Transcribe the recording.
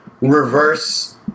reverse